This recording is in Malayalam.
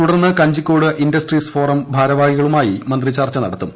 തുടർന്ന് കഞ്ചിക്കോട് ഇൻഡസ്ട്രീസ് ഫോറം ഭാരവാഹികളുമായി മന്ത്രി ചർച്ച നടത്തും